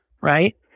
right